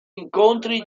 incontri